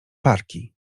parki